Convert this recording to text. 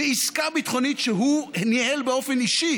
בעסקה ביטחונית שהוא ניהל באופן אישי